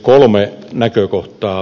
kolme näkökohtaa